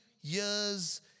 years